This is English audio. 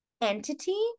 entity